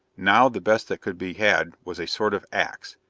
now the best that could be had was a sort of ax,